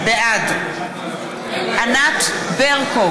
בעד משה גפני,